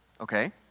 Okay